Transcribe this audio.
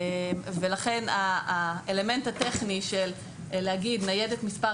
לכן האלמנט הטכני של להגיד ניידת מספר